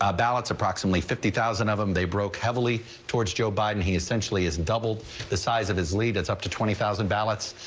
ah ballots approximately fifty thousand of them they broke heavily towards joe biden he essentially has doubled the size of his lead, it's up to twenty thousand ballots.